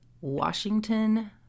Washington